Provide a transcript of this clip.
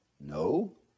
no